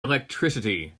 electricity